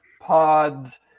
pods